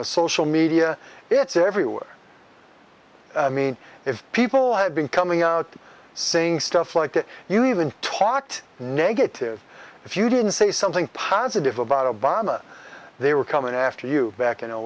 the social media it's everywhere i mean if people have been coming out saying stuff like that you even talked negative if you didn't say something positive about obama they were coming after you back in a